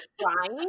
crying